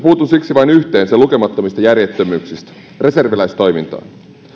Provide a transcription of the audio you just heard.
puutun siksi vain yhteen sen lukemattomista järjettömyyksistä reserviläistoimintaan